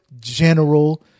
general